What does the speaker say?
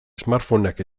smartphoneak